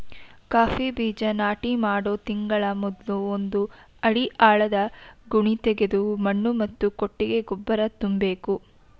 coffee ಬೀಜ ನಾಟಿ ಮಾಡೋ ತಿಂಗಳ ಮೊದ್ಲು ಒಂದು ಅಡಿ ಆಳದ ಗುಣಿತೆಗೆದು ಮಣ್ಣು ಮತ್ತು ಕೊಟ್ಟಿಗೆ ಗೊಬ್ಬರ ತುಂಬ್ಬೇಕು